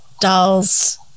dolls